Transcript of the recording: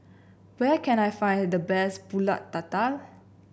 where can I find the best pulut tatal